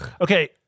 Okay